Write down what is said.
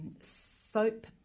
soap